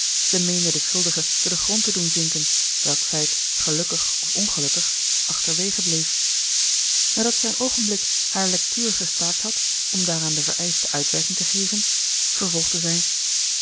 zij meende den schuldige door den grond te doen zinken welk feit gelukkig of ongelukkig achterwege bleef nadat zij een oogenblik hare lectuur gestaakt had om daaraan de vereischte uitwerking te geven vervolgde zij